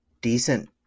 decent